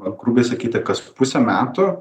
va kur besikeitė kas pusę metų